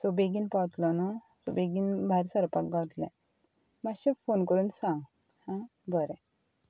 so बेगीन पावतलो न्हू सो बेगीन भायर सरपाक गावतलें मातशें फोन करून सांग आं बरें